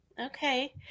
okay